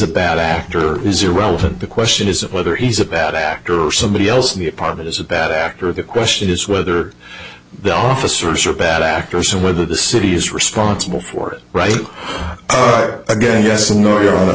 a bad actor is irrelevant bequests it isn't whether he's a bad actor or somebody else in the apartment is a bad actor the question is whether the officers are bad actors and whether the city is responsible for it right again yes an